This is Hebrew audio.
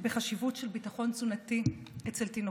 בחשיבות של ביטחון תזונתי אצל תינוקות.